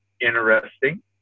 interesting